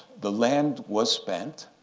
the land was spent